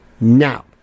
Now